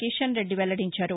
కిషన్రెడ్డి వెల్లడించారు